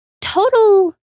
Total